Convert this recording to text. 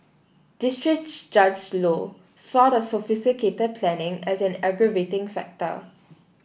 district Judge Low saw the sophisticated planning as an aggravating factor